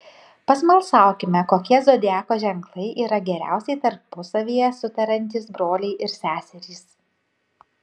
pasmalsaukime kokie zodiako ženklai yra geriausiai tarpusavyje sutariantys broliai ir seserys